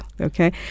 okay